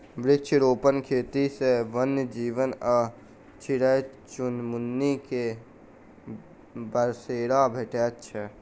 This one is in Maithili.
वृक्षारोपण खेती सॅ वन्य जीव आ चिड़ै चुनमुनी के बसेरा भेटैत छै